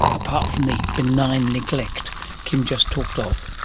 apart from the benign neglect kim just talked of.